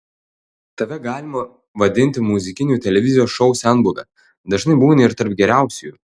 tave galima vadinti muzikinių televizijos šou senbuve dažnai būni ir tarp geriausiųjų